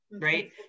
right